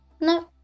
No